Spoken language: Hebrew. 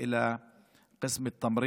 בתנאי